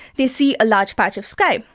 they see a large patch of sky.